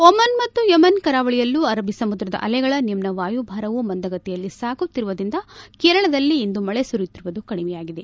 Oman ಮತ್ತು Yemen ಕರಾವಳಿಯಲ್ಲೂ ಅರಬ್ಬೀ ಸಮುದ್ರದ ಅಲೆಗಳ ನಿಮ್ನ ವಾಯು ಭಾರವು ಮಂದಗತಿಯಲ್ಲಿ ಸಾಗುತ್ತಿರುವುದರಿಂದ ಕೇರಳದಲ್ಲಿ ಇಂದು ಮಳೆ ಸುರಿಯುತ್ತಿರುವುದು ಕಡಿಮೆಯಾಗಿದೆ